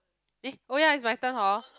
eh oh ya is my turn hor